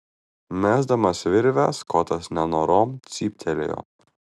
mesdamas virvę skotas nenorom cyptelėjo